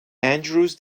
andrews